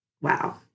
Wow